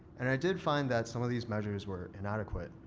and i did find that some of these measures were inadequate.